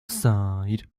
side